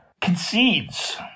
concedes –